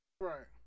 Right